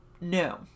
No